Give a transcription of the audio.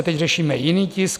Teď řešíme jiný tisk.